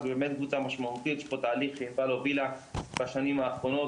יש פה תהליך שענבל הובילה בשנים האחרונות,